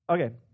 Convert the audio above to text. Okay